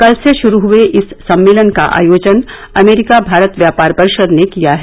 कल से शुरू हुए इस सम्मेलन का आयोजन अमरीका भारत व्यापार परिषद ने किया है